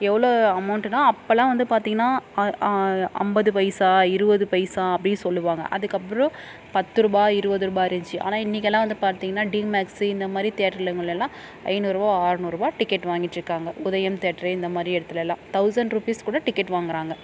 எவ்வளோ அமௌண்ட்டுனா அப்போலாம் வந்து பார்த்திங்கன்னா அ ஐம்பது பைசா இருபது பைசா அப்படி சொல்லுவாங்க அதுக்கப்புறோம் பத்துருபா இருபதுருபா இருந்துச்சு ஆனால் இன்றைக்கெல்லாம் வந்து பார்த்திங்கன்னா டிமேக்ஸு இந்தமாதிரி தேட்ருங்களுலலாம் ஐநூறுபா ஆறநூறுபா டிக்கெட் வாங்கிட்ருக்காங்க உதயம் தேட்ரு இந்தமாதிரி இடத்துலலாம் தௌசண்ட் ருப்பீஸ் கூட டிக்கெட் வாங்கிறாங்க